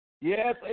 Yes